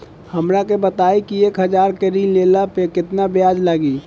हमरा के बताई कि एक हज़ार के ऋण ले ला पे केतना ब्याज लागी?